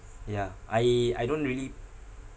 yeah I I don't really